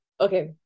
Okay